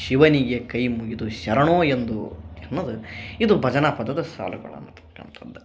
ಶಿವನಿಗೆ ಕೈ ಮುಗಿದು ಶರಣೋ ಎಂದು ಎನ್ನೊದ ಇದು ಭಜನಾ ಪದದ ಸಾಲುಗಳು ಅಂತಕ್ಕಂಥದ್ದ